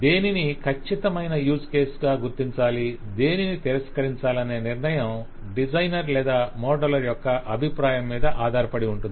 దేనిని ఖచ్చితమైన యూస్ కేసుగా గుర్తించాలి దేనిని తిరస్కరించాలనే నిర్ణయం డిజైనర్ లేదా మోడలర్ యొక్క అభిప్రాయం మీద ఆధారపడి ఉంటుంది